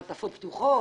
מעטפות פתוחות,